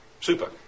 super